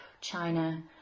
China